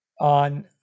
on